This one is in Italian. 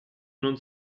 non